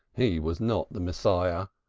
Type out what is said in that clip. he was not the messiah.